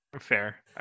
Fair